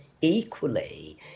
equally